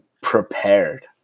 prepared